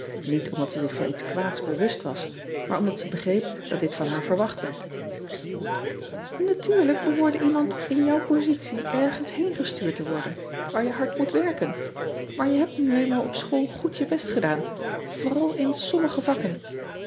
niet omdat zij zich van iets kwaads bewust was maar omdat zij begreep dat dit van haar verwacht werd atuurlijk behoorde iemand in jouw positie ergens heen gestuurd te worden waar je hard moet werken maar je hebt nu eenmaal op school goed je best gedaan vooral in sommige vakken